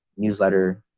newsletter,